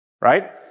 right